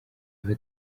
niba